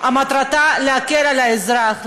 מטרתה להקל על האזרח,